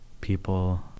people